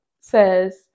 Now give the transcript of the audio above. says